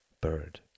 bird